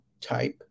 type